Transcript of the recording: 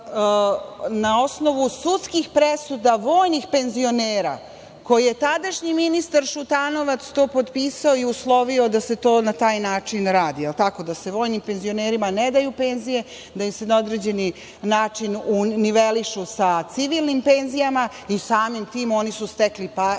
na osnovu sudskih presuda, vojnih penzionera koje tadašnji ministar Šutanovac to potpisao i uslovio da se to na taj način radi. Da li je tako, da se vojni penzionerima ne daju penzije, da im se na određeni način nivelišu sa civilnim penzijama i samim tim oni su stekli pravo